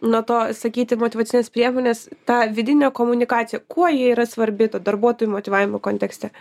nuo to sakyti motyvacines priemones ta vidinė komunikacija kuo ji yra svarbi ta darbuotojų motyvavimo kontekste